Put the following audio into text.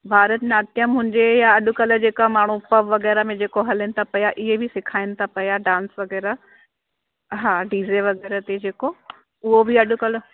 भारतनाटयम हुजे या अॼुकल्ह जेका माण्हू पब वग़ैरह में जेको हलनि था पिया इहे बि सिखाइनि था पिया डांस वग़ैरह हा डीजे वग़ैरह ते जेको उहो बि अॼुकल्ह